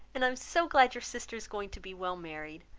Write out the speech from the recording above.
and i am so glad your sister is going to be well married!